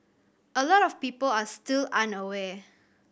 a lot of people are still unaware